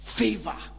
favor